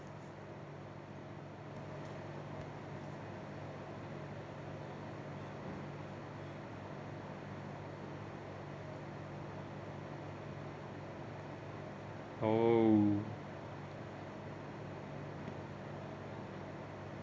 oh